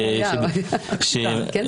בכנסת,